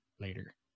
later